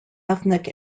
ethnic